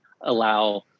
allow